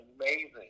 amazing